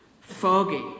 foggy